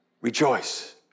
Rejoice